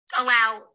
allow